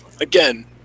Again